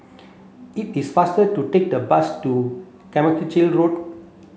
it is faster to take the bus to Carmichael Road